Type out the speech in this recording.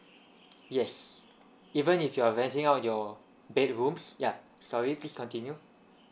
yes even if you are renting out your bedrooms yeah sorry please continue